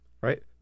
right